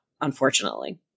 unfortunately